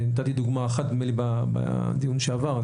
ונתתי דוגמה אחת בדיון שעבר,